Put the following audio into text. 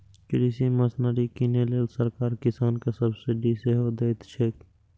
कृषि मशीनरी कीनै लेल सरकार किसान कें सब्सिडी सेहो दैत छैक